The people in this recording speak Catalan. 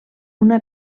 una